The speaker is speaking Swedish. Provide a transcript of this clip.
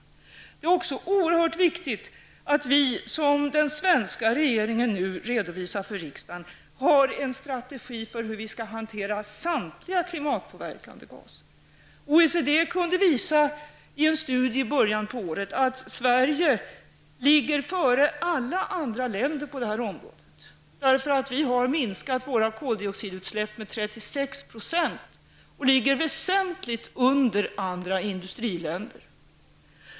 Det är också oerhört viktigt att vi -- som den svenska regeringen nu redovisar för riksdagen -- har en strategi för hur vi skall hantera samtliga miljöpåverkande gaser. OECD kunde i början på året i en studie visa att Sverige på detta område ligger före samtliga andra länder. Vi har minskat våra koldioxidutsläpp med 36 %. Vi ligger därmed väsentligt under andra industriländer.